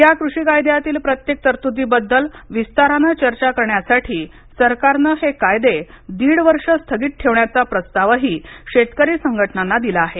या कृषी कायद्यातील प्रत्येक तरतुदींबद्दल विस्ताराने चर्चा करण्यासाठी सरकारने हे कायदे दीड वर्ष स्थगित ठेवण्याचा प्रस्तावही शेतकरी संघटनांना दिला आहे